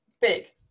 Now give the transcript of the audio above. big